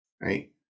Right